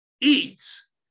eats